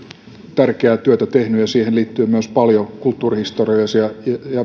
tärkeää työtä tehnyt ja siihen liittyy myös paljon kulttuurihistoriallisia siteitä